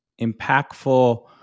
impactful